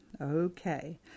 Okay